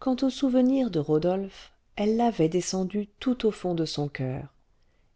quant au souvenir de rodolphe elle l'avait descendu tout au fond de son coeur